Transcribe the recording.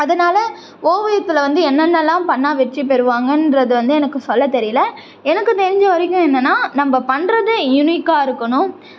அதனாலே ஓவியத்தில் வந்து என்னென்னலாம் பண்ணிணா வெற்றி பெறுவாங்கன்றது வந்து எனக்கு சொல்ல தெரியலை எனக்கு தெரிஞ்ச வரைக்கும் என்னனால் நம்ம பண்ணுறது யுனிக்காக இருக்கணும்